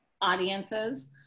audiences